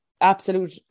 absolute